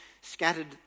scattered